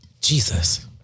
Jesus